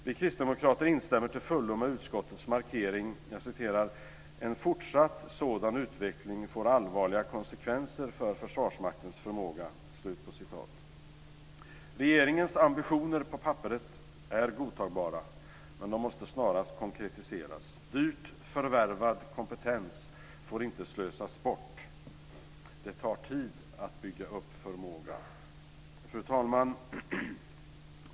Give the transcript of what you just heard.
Vi kristdemokrater instämmer till fullo med utskottets markering: "En fortsatt sådan utveckling får allvarliga konsekvenser för Försvarsmaktens förmåga." Regeringens ambitioner på papperet är godtagbara, men de måste snarast konkretiseras. Dyrt förvärvad kompetens får inte slösas bort. Det tar tid att bygga upp förmåga. Fru talman!